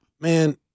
Man